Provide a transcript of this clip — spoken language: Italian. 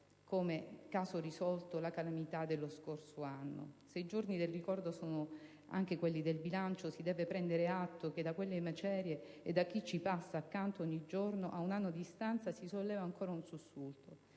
come caso risolto la calamità dello scorso anno. Se i giorni del ricordo sono anche quelli del bilancio si deve prendere atto che da quelle macerie e da chi ci passa accanto ogni giorno a un anno di distanza si solleva ancora un sussulto,